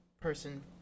person